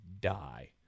die